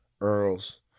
Earl's